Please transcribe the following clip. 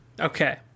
Okay